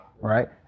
right